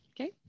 Okay